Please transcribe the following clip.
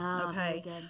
Okay